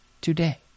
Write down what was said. today